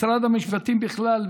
משרד המשפטים בכלל,